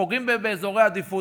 פוגעים באזורי עדיפות,